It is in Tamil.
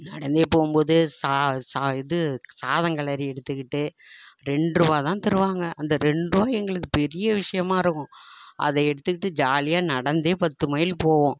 நடந்தே போகும்போது சா சா இது சாதம் கிளறி எடுத்துக்கிட்டு ரெண்டு ரூபாதான் தருவாங்க அந்த ரெண்டு ரூபா எங்களுக்கு பெரிய விஷயமா இருக்கும் அதை எடுத்துக்கிட்டு ஜாலியாக நடந்தே பத்து மைல் போவோம்